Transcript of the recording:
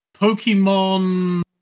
Pokemon